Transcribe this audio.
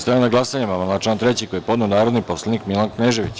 Stavljam na glasanje amandman na član 3. koji je podneo narodni poslanik Milan Knežević.